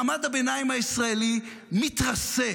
מעמד הביניים הישראלי מתרסק.